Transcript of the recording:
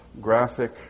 graphic